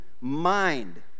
mind